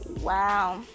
Wow